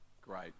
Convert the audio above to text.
Great